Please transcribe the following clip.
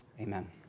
Amen